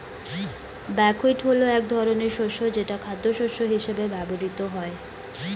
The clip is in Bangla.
বাকহুইট হলো এক ধরনের শস্য যেটা খাদ্যশস্য হিসেবে ব্যবহৃত হয়